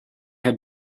had